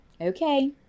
Okay